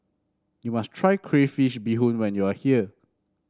you must try Crayfish Beehoon when you are here